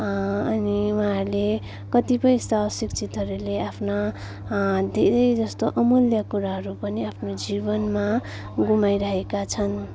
अनि उहाँहरूले कतिपय स शिक्षितहरूले आफ्ना धेरै जस्तो अमूल्य कुराहरू पनि आफ्नो जीवनमा गुमाइरहेका छन्